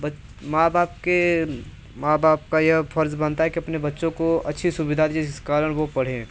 बच माँ बाप के माँ बाप का यह फ़र्ज़ बनता है कि अपने बच्चों को अच्छी सुविधा दे जिस कारण वह पढ़े